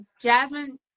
Jasmine